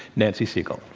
nancy segal.